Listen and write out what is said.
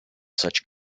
such